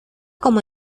como